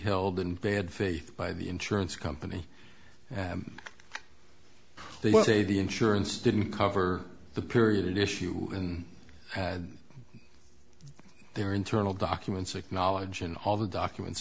held in bad faith by the insurance company they say the insurance didn't cover the period issue and had their internal documents acknowledge in all the documents